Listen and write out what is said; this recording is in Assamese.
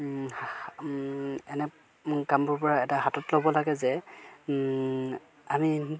এনে কামবোৰ পৰা এটা হাতত ল'ব লাগে যে আমি